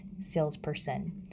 salesperson